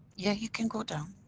yeah you can go down.